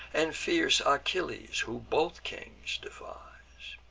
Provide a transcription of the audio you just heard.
and fierce achilles, who both kings defies.